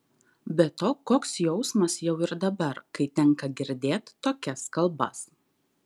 be to koks jausmas jau ir dabar kai tenka girdėt tokias kalbas